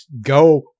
go